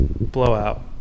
blowout